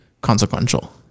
consequential